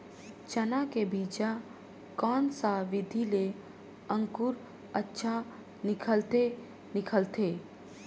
चाना के बीजा कोन सा विधि ले अंकुर अच्छा निकलथे निकलथे